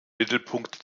mittelpunkt